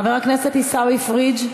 חבר הכנסת עיסאווי פריג'